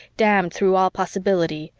damned through all possibility,